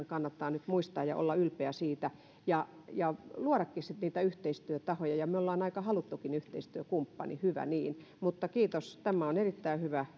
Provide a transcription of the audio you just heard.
kannattaa nyt muistaa ja josta kannattaa olla ylpeä ja meidän kannattaa luodakin sitten niitä yhteistyötahoja me olemme aika haluttukin yhteistyökumppani hyvä niin kiitos tämä on erittäin hyvä